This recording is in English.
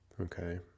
Okay